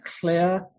clear